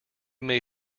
may